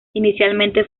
inicialmente